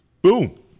Boom